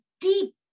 deep